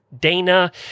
Dana